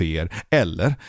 eller